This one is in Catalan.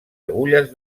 agulles